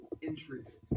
interest